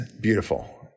beautiful